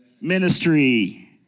ministry